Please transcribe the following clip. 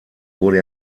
wurde